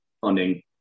funding